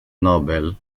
novel